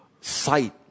sight